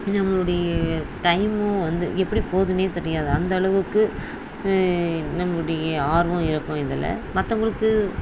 நம்மளுடைய டைமும் வந்து எப்படி போகுதுன்னே தெரியாது அந்த அளவுக்கு நம்முடைய ஆர்வம் இருக்கும் இதில் மற்றவங்களுக்கு